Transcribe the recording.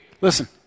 Listen